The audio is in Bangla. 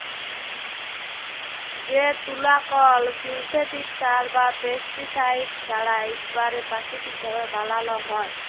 যে তুলা কল সিল্থেটিক সার বা পেস্টিসাইড ছাড়া ইকবারে পাকিতিক ভাবে বালাল হ্যয়